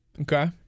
Okay